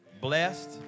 Blessed